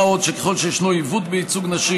מה עוד שככל שישנו עיוות בייצוג הנשים,